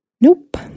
Nope